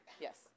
Yes